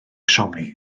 somi